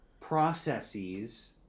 processes